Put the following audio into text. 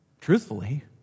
Truthfully